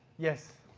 yes.